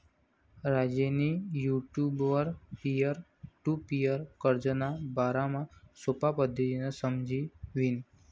राजेंनी युटुबवर peer to peer कर्जना बारामा सोपा पद्धतीनं समझी ल्हिनं